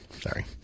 Sorry